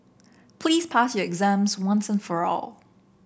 please pass your exams once and for all